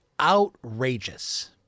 outrageous